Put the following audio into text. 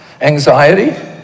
Anxiety